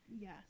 yes